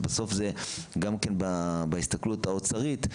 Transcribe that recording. אז בסוף זה גם כן בהסתכלות האוצרית,